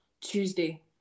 tuesday